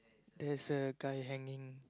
there's a guy hanging